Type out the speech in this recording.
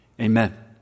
Amen